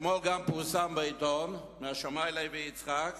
אתמול פרסם בעיתון השמאי לוי יצחק